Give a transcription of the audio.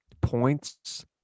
points